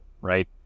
right